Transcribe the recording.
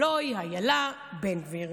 הלוא היא איילה בן גביר.